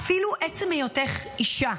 אפילו עצם היותך אישה,